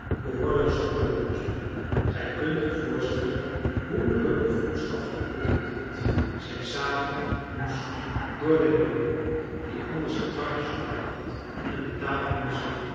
behoorlijk zou kunnen losbranden gij kunt u voorstellen hoe druk de vroedschap van putten het had zijn sabel moest door den jongen die anders de drankjes rondbracht en de